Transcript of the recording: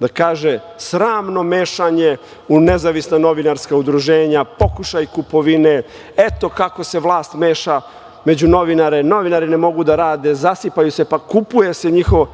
da kaže - sramno mešanje u nezavisna novinarska udruženja, pokušaj kupovine, eto, kako se vlast meša među novinare, novinari ne mogu da rade, zasipaju se, pa kupuje se njihovo….